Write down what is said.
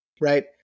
right